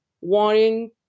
wanting